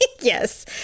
Yes